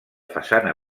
façana